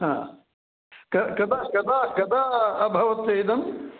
हा कद कदा कदा कदा अभवत् इदं